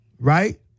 Right